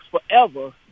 forever